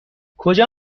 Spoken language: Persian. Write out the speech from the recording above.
کجا